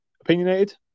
Opinionated